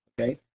okay